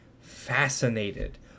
fascinated